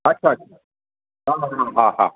अच्छा हा हा हा हा